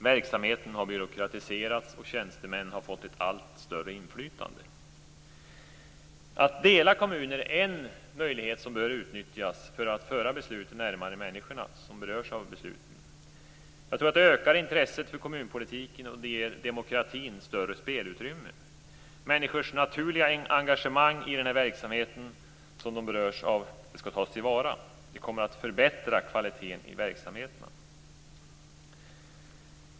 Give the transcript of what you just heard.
Verksamheten har byråkratiserats och tjänstemännen har fått ett allt större inflytande. Att dela kommuner är en möjlighet som bör utnyttjas för att föra beslut närmare de människor som berörs av besluten. Jag tror att det ökar intresset för kommunalpolitiken och det ger demokratin större spelutrymme. Människors naturliga engagemang i den verksamhet som de berörs av skall tas till vara. Det kommer att förbättra kvaliteten i de verksamheterna.